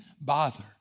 bother